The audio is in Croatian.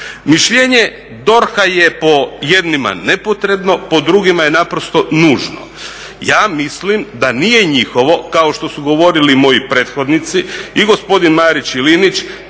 Mišljenje DORH-a je po jednima nepotrebno, po drugima je naprosto nužno. Ja mislim da nije njihovo, kao što su govorili moji prethodnici, i gospodin Marić i Linić,